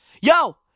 yo